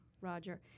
Roger